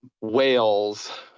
whales